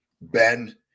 Ben